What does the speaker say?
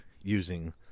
using